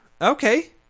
okay